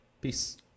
Peace